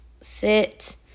sit